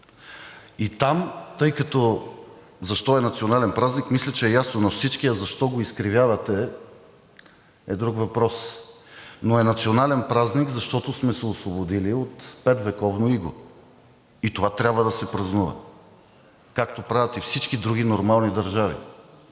от ГЕРБ-СДС.) Защо е национален празник, мисля, че е ясно на всички, а защо го изкривявате, е друг въпрос. Но е национален празник, защото сме се освободили от петвековно иго! И това трябва да се празнува, както правят и всички други нормални държави.